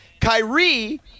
Kyrie